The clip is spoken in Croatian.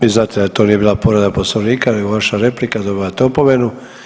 Vi znate da to nije bila povreda Poslovnika nego vaša replika, dobivate opomenu.